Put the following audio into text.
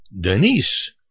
Denise